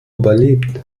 überlebt